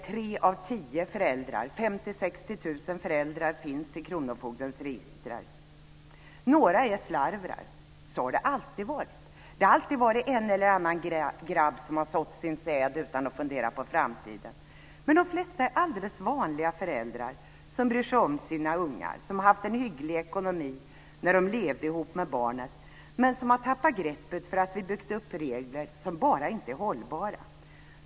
tre av tio föräldrar, mellan Några är slarvar, och så har det alltid varit - en eller annan grabb har sått sin säd utan att fundera på framtiden. Men de flesta är alldeles vanliga föräldrar, som bryr sig om sina ungar, som har haft en hygglig ekonomi när de levde tillsammans med barnen men som har tappat greppet för att vi byggt upp regler som bara inte är hållbara.